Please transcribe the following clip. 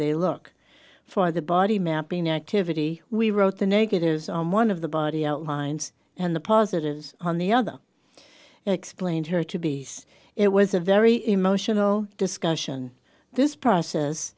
they look for the body mapping activity we wrote the negatives on one of the body outlines and the positives on the other explained her to be as it was a very emotional discussion this process